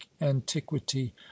antiquity